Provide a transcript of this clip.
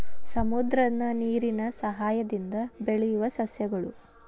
ಸಮುದ್ರದ ನೇರಿನ ಸಯಹಾಯದಿಂದ ಬೆಳಿಯುವ ಸಸ್ಯಗಳು